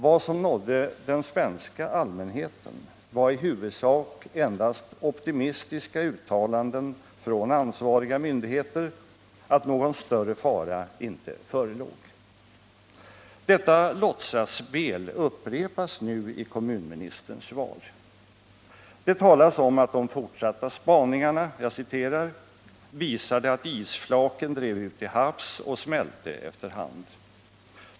Vad som nådde den svenska allmänheten var i huvudsak endast optimistiska uttalanden från ansvariga myndigheter att någon större fara inte förelåg. Detta låtsasspel upprepas nu i kommunministerns svar. Det talas om att de fortsatta spaningarna ”visade att isflaken drev ut till havs och smälte efter hand.